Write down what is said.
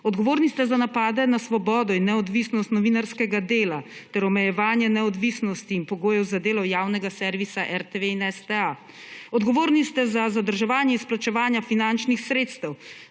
Odgovorni ste za napade na svobodo in neodvisnost novinarskega dela ter omejevanje neodvisnosti in pogojev za delo javnega servisa RTV in STA. Odgovorni ste za zadrževanje izplačevanja finančnih sredstev